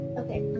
okay